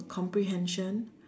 comprehension